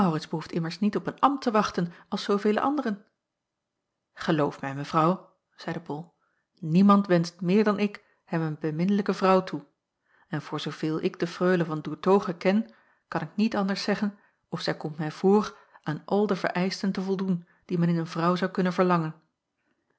behoeft immers niet op een ambt te wachten als zoovele anderen geloof mij mevrouw zeide bol niemand wenscht acob meer dan ik hem een beminnelijke vrouw toe en voor zooveel ik de freule van doertoghe ken kan ik niet anders zeggen of zij komt mij voor aan al de vereischten te voldoen die men in een vrouw zou kunnen verlangen